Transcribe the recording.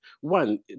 one